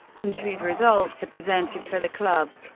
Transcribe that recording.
and whose results are presented for the club.